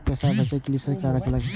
पैसा भेजे में की सब कागज लगे छै?